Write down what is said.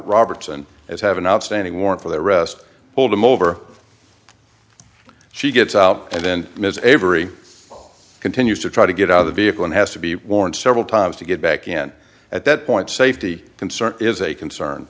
robertson as have an outstanding warrant for their arrest pulled him over she gets out and then ms avery continues to try to get out of the vehicle and has to be warned several times to get back in at that point safety concern is a concern